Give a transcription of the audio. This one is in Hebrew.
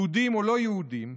יהודים או לא יהודים,